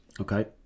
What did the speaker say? Okay